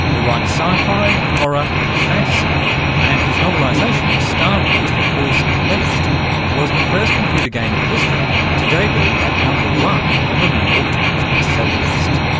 who writes sci-fi, horror and fantasy and whose novelisation of star wars the force unleashed was the first computer game in history to debut at number one on the new york times bestseller list.